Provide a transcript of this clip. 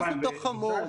איזה דוח חמור?